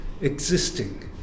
existing